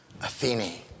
Athene